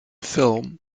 film